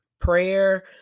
Prayer